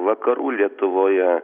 vakarų lietuvoje